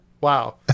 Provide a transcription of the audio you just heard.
Wow